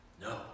No